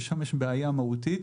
ששם יש בעיה מהותית.